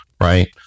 Right